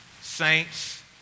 saints